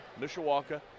Mishawaka